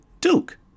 Duke